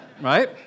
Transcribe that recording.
right